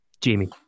Jamie